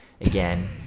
again